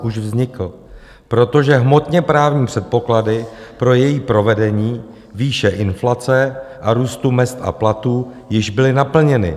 Už vznikl, protože hmotněprávní předpoklady pro její provedení, výše inflace a růstu mezd a platů, již byly naplněny.